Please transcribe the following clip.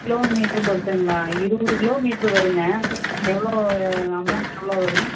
kilo metre பொறுத்துங்களா இருபது kilometre வருங்க எவ்வளோ அமௌண்ட் எவ்வளோ வரும்